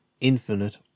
infinite